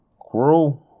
crew